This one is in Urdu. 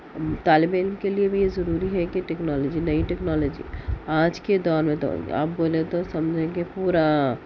طالب علم کے لئے بھی یہ ضروری ہے کہ ٹیکنالوجی نئی ٹیکنالوجی آج کے دور میں تو آپ بولیں تو سمجھیں کہ پورا